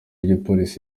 w’igipolisi